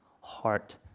heart